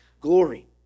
glory